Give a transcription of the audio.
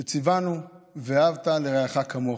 שציוונו: "ואהבת לרעך כמוך".